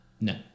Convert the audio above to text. No